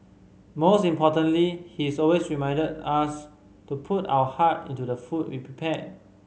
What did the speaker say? most importantly he is always remind us to put our heart into the food we prepare